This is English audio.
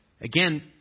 Again